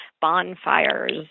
bonfires